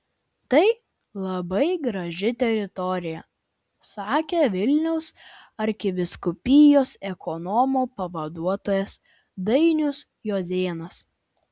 tai labai graži teritorija sakė vilniaus arkivyskupijos ekonomo pavaduotojas dainius juozėnas